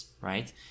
right